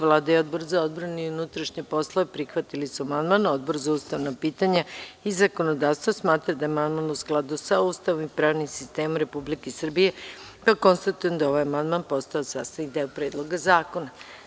Vlada i Odbor za odbranu i unutrašnje poslove prihvatili su amandman, a Odbor za ustavna pitanja i zakonodavstvo smatra da je amandman u skladu sa Ustavom i pravnim sistemom Republike Srbije, pa konstatujem da je ovaj amandman postao sastavni deo Predloga zakona.